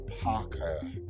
Parker